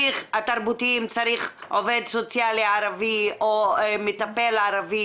צריך עובד סוציאלי ערבי או מטפל ערבי,